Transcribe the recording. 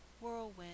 whirlwind